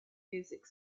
music